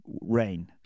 rain